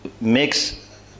makes